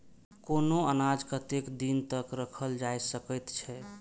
कुनू अनाज कतेक दिन तक रखल जाई सकऐत छै?